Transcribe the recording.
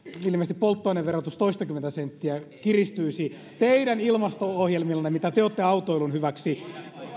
ilmeisesti polttoaineverotus toistakymmentä senttiä kiristyisi teidän ilmasto ohjelmillanne mitä te te olette autoilun hyväksi